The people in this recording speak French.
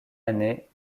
année